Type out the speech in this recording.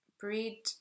Breed